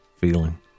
feeling